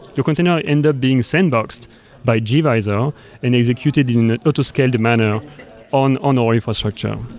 to continue, it'll end up being sandboxed by gvisor and executed in an auto scaled manner on on our infrastructure, um